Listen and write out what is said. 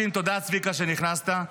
צביקה, תודה שנכנסת.